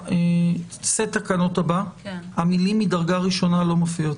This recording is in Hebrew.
בסט תקנות הבא המילים "מדרגה ראשונה" לא מופיעות.